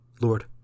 Lord